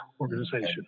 organization